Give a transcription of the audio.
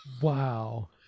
Wow